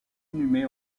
inhumé